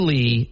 Lee